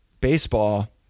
baseball